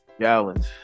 Gallons